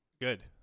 Good